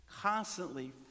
constantly